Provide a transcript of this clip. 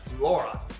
Laura